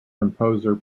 composer